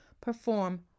perform